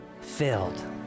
filled